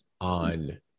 on